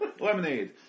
lemonade